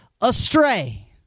astray